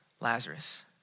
Lazarus